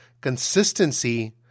Consistency